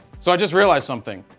so i just realize something.